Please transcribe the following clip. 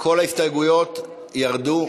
כל ההסתייגויות ירדו?